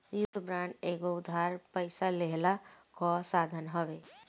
युद्ध बांड एगो उधार पइसा लेहला कअ साधन हवे